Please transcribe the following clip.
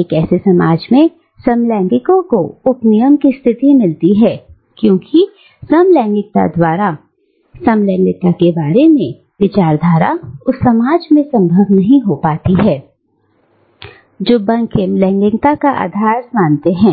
एक ऐसे समाज में समलैंगिकों को उप नियम की स्थिति मिलती है क्योंकि समलैंगिकता द्वारा समलैंगिकता के बारे में विचारधारा उस समाज में असंभव हो जाती है जो विषम लैंगिकता को आदर्श मानती है